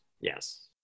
yes